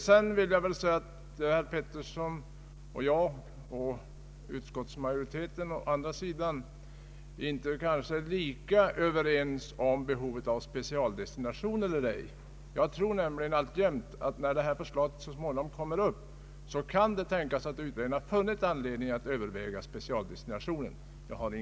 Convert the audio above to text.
Herr Petersson, utskottsmajoriteten och jag själv har kanske inte samma uppfattning om behovet av en specialdestination av det kommunala bostadstillägget. När utredningen så småningom behandlat den frågan kan det tänkas att man finner anledning att överväga en specialdestination.